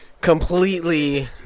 completely